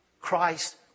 Christ